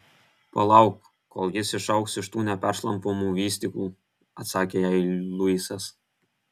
palauk kol jis išaugs iš tų neperšlampamų vystyklų atsakė jai luisas